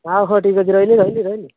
ଆଉ ହଉ ଠିକ୍ ଅଛି ରହିଲି ରହିଲି ରହିଲି